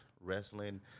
wrestling